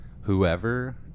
whoever